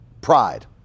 pride